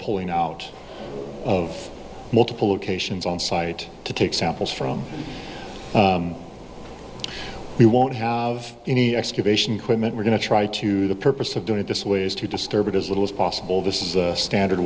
pulling out of multiple locations on site to take samples from we won't have any excavation quitman we're going to try to the purpose of doing it this way is to disturb it as little as possible this is a standard